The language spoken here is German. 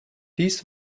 dies